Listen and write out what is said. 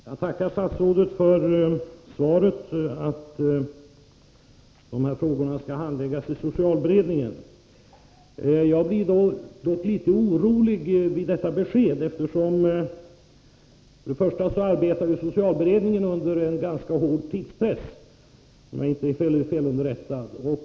Fru talman! Jag tackar statsrådet för svaret att de här frågorna skall handläggas i socialberedningen. Jag blev litet orolig när jag fick detta besked. För det första arbetar socialberedningen under en ganska hård tidspress, om jag inte är felunderrättad.